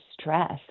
stress